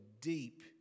deep